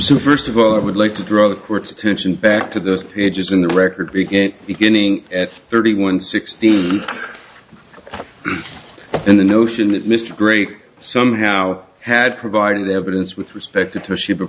so first of all i would like to draw the court's attention back to those pages in the record we get beginning at thirty one sixty and the notion that mr great somehow had provided evidence with respect to ship of